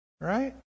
Right